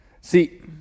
See